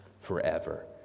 forever